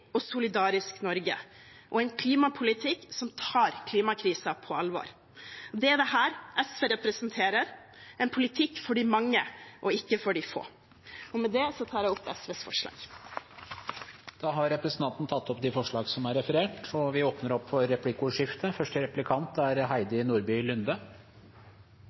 og solidarisk Norge – og en klimapolitikk som tar klimakrisen på alvor. Det er dette SV representerer: en politikk for de mange, ikke for de få. Med det tar jeg opp SVs forslag. Da har representanten Kari Elisabeth Kaski tatt opp de forslagene hun refererte til. Det blir replikkordskifte. Jeg er en av dem som har mye godt å si om universelle ordninger, for de er